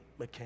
McCain